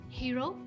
hero